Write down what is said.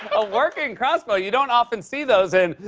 a working crossbow. you don't often see those in.